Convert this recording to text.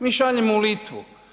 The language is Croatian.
Mi šaljemo u Litvu.